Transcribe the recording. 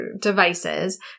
devices